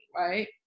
right